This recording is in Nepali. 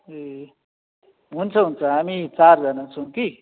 ए हुन्छ हुन्छ हामी चारजना छौँ कि